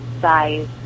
size